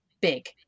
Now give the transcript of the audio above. big